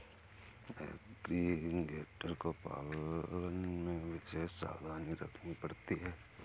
alligator के पालन में विशेष सावधानी रखनी पड़ती है